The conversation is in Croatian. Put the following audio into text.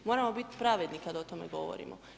Moramo biti pravedni kad o tome govorimo.